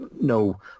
No